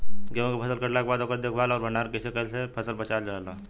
गेंहू के फसल कटला के बाद ओकर देखभाल आउर भंडारण कइसे कैला से फसल बाचल रही?